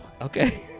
Okay